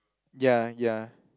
ya ya